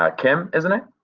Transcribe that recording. ah kim, isn't it?